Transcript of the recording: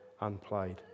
unplayed